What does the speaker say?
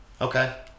Okay